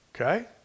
Okay